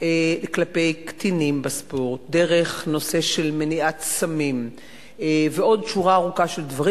כלפי קטינים בספורט דרך נושא של מניעת סמים ועוד שורה ארוכה של דברים,